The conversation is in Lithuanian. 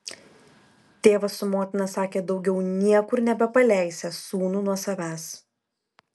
tėvas su motina sakė daugiau niekur nebepaleisią sūnų nuo savęs